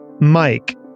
Mike